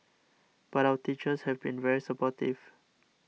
but our teachers have been very supportive